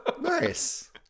nice